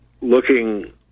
looking